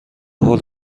هول